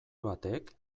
batek